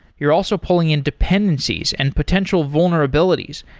you're also pulling in dependencies and potential vulnerabilities.